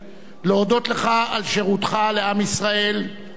להודות לך על שירותך לעם ישראל כאזרח,